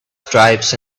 stripes